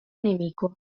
nemico